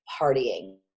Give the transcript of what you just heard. partying